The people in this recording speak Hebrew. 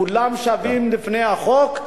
כולם שווים בפני החוק.